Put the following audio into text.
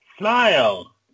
Smile